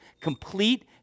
Complete